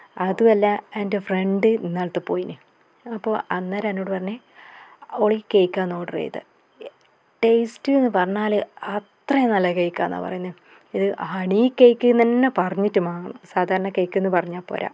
അതുമല്ല എൻ്റെ ഫ്രണ്ട് ഇന്നാളത്ത പോയീന് അപ്പോൾ അന്നേരം എന്നോട് പറഞ്ഞ് ഓളി കേക്കാണ് ഓർഡർ ചെയ്തത് ടേസ്റ്റ് എന്ന് പറഞ്ഞാൽ അത്രയും നല്ല കേക്കാണെന്നാണ് പറയുന്നത് ഇത് ഹണി കേക്ക് എന്ന് തന്നെ പറഞ്ഞിട്ട് വാങ്ങണം സാധാരണ കേക്ക് എന്ന് പറഞ്ഞാൽ പോരാ